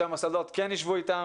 שהמוסדות כן יישבו איתם.